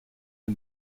the